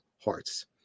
hearts